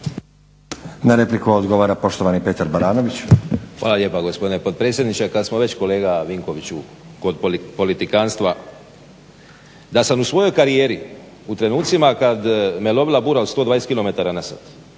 Na repliku odgovara poštovani Petar Baranović. **Baranović, Petar (HNS)** Hvala lijepa gospodine potpredsjedniče. Kad smo već kolega Vinkoviću kod politikanstva da sam u svojoj karijeri u trenucima kad me lovila bura od 120km/h